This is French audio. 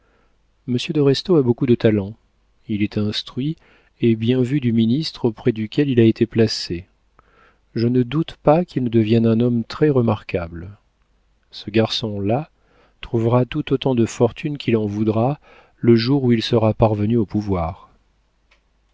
de restaud a beaucoup de talent il est instruit et bien vu du ministre auprès duquel il a été placé je ne doute pas qu'il ne devienne un homme très-remarquable ce garçon-là trouvera tout autant de fortune qu'il en voudra le jour où il sera parvenu au pouvoir